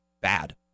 bad